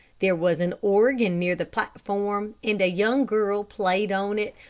there was an organ near the platform, and a young girl played on it,